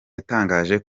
yatangaje